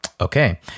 Okay